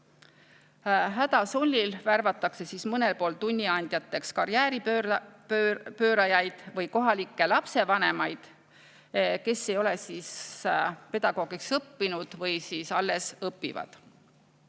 Häda sunnil värvatakse siis mõnel pool tunniandjateks karjääripöörajaid või kohalikke lapsevanemaid, kes ei ole pedagoogiks õppinud või alles õpivad.